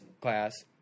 class